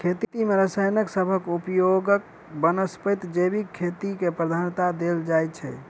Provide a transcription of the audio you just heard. खेती मे रसायन सबहक उपयोगक बनस्पैत जैविक खेती केँ प्रधानता देल जाइ छै